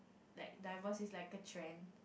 like diverse it like a train